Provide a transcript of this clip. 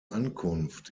ankunft